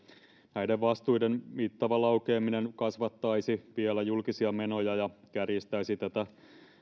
näiden vastuiden mittava laukeaminen kasvattaisi vielä julkisia menoja ja kärjistäisi tätä